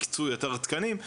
הקצו יותר תקנים,